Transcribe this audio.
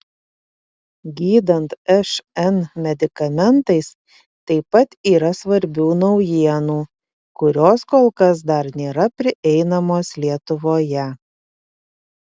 gydant šn medikamentais taip pat yra svarbių naujienų kurios kol kas dar nėra prieinamos lietuvoje